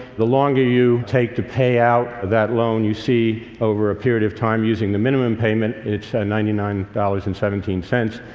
the longer you take to pay out that loan, you see, over a period of time using the minimum payment it's ninety nine dollars and seventeen cents.